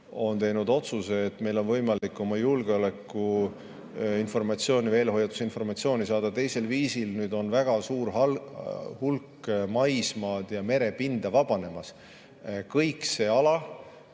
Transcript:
on teinud otsuse, et meil on võimalik oma julgeolekuinformatsiooni või eelhoiatusinformatsiooni saada teisel viisil. Nüüd on väga suur hulk maismaad ja merepinda vabanemas. Kõik need alad,